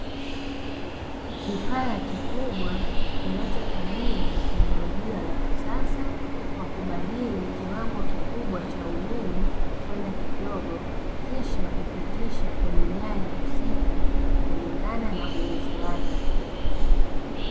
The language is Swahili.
Kifaa kikubwa kinachotumia teknolojia ya kisasa, kwa kubadili kiwango kikubwa cha umeme kwenda kidogo, kisha kupitisha kwenye nyaya husika, kulingana na uwezo wake.